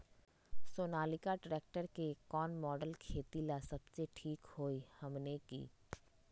Sonalika tractor के कौन model खेती ला सबसे ठीक होई हमने की?